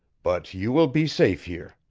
but you will be safe here.